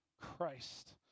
Christ